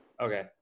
okay